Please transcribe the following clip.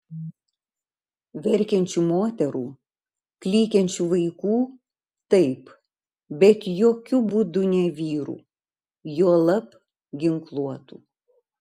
verkiančių moterų klykiančių vaikų taip bet jokiu būdu ne vyrų juolab ginkluotų